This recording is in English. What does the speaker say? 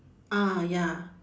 ah ya